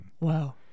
Wow